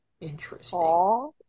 Interesting